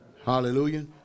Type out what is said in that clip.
Hallelujah